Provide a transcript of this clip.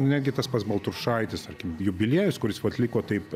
netgi tas pats baltrušaitis tarkim jubiliejus kuris atliko taip